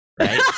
Right